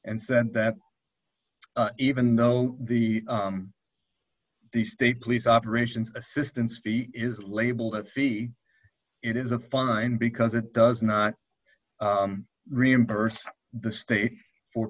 and said that even though the the state police operations assistance fee is labeled fee it is a fine because it does not reimburse the state for